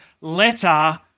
letter